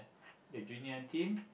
the junior team